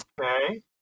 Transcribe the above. Okay